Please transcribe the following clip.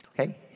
Okay